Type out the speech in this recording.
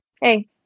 hey